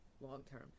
long-term